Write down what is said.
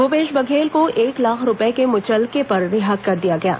भूपेश बघेल को एक लाख रूपये के मुचलके पर रिहा किया गया है